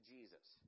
Jesus